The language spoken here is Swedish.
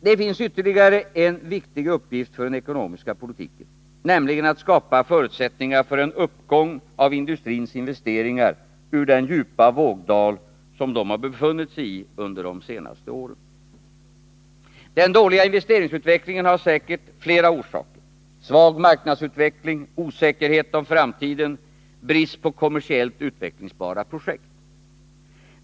Det finns ytterligare en viktig uppgift för den ekonomiska politiken, nämligen att skapa förutsättningar för en uppgång av industrins investeringar ur den djupa vågdal som de har befunnit sig i under de senaste åren. Den dåliga investeringsutvecklingen har säkert flera orsaker — svag marknadsutveckling, osäkerhet om framtiden, brist på kommersiellt utvecklingsbara projekt.